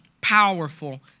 Powerful